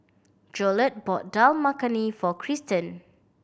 Jolette bought Dal Makhani for Cristen